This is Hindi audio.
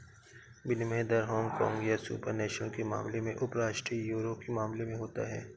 विनिमय दर हांगकांग या सुपर नेशनल के मामले में उपराष्ट्रीय यूरो के मामले में होता है